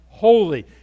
holy